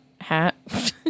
Hat